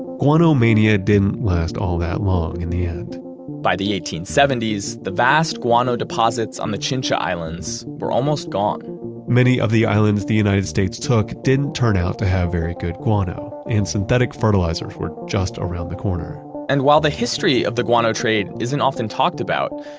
guano mania didn't last all that long in the end by the eighteen seventy s, the vast guano deposits on the chincha islands were almost gone many of the islands the united states took didn't turn out to have very good guano, and synthetic fertilizers were just around the corner and while the history of the guano trade isn't often talked about,